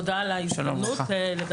תודה על ההזדמנות לדבר,